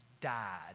died